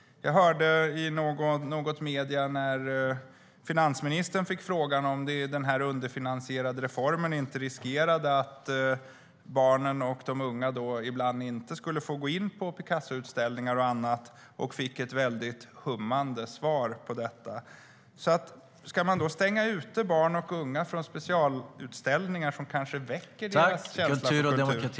Jag hörde i medierna när finansministern fick frågan om den här underfinansierade reformen inte riskerar att barnen och de unga ibland inte skulle få gå in på Picassoutställningar och annat. Det blev ett väldigt hummande svar på detta. Ska man då stänga ute barn och unga från specialutställningar som kanske skulle väcka deras känsla för kultur?